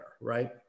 right